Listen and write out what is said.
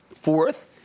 Fourth